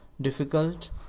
difficult